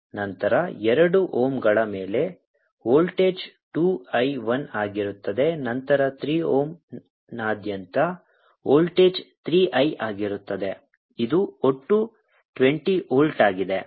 ನಂತರ ಎರಡು ಓಮ್ಗಳ ಮೇಲೆ ವೋಲ್ಟೇಜ್ 2 I 1 ಆಗಿರುತ್ತದೆ ನಂತರ 3 ಓಮ್ನಾದ್ಯಂತ ವೋಲ್ಟೇಜ್ 3 I ಆಗಿರುತ್ತದೆ ಇದು ಒಟ್ಟು 20 ವೋಲ್ಟ್ ಆಗಿದೆ